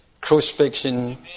crucifixion